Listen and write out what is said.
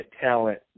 talent